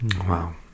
Wow